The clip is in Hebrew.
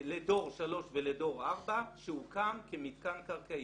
לדור 3 ולדור 4 שהוקם כמתקן קרקעי.